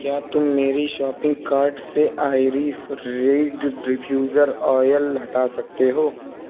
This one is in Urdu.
کیا تم میری شاپنگ کارٹ سے آئیریس ریڈ ڈیفیوزر اویل ہٹا سکتے ہو